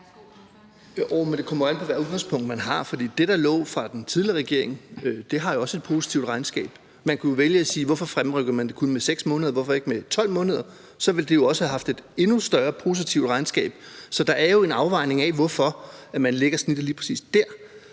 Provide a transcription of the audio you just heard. men det kommer an på, hvilket udgangspunkt man har. Det, der lå fra den tidligere regerings side, har også et positivt regnskab. Man kunne spørge, hvorfor det kun fremrykkes med 6 måneder og ikke med 12 måneder, for så ville det jo også have givet et endnu mere positivt regnskab. Så der er jo en afvejning af, hvorfor man lægger snittet lige præcis der.